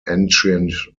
ancient